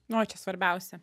nu o čia svarbiausia